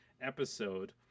episode